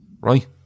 right